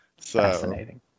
Fascinating